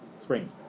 Spring